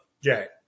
Jack